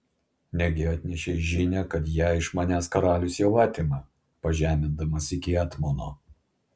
negi atnešei žinią kad ją iš manęs karalius jau atima pažemindamas iki etmono